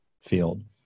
field